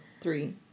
three